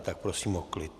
Tak prosím o klid.